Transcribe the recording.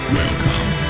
Welcome